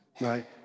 right